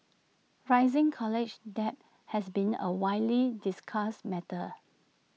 rising college debt has been A widely discussed matter